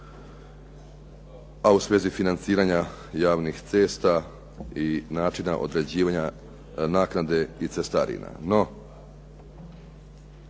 a u svezi financiranja javnih cesta i načina određivanja naknade i cestarima.